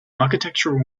architectural